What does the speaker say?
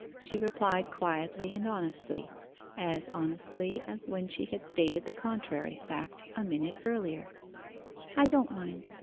she replied quietly and honestly as honestly as when she had stated the contrary fact a minute earlier i don't mind